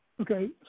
Okay